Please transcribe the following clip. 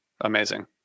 amazing